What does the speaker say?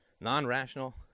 non-rational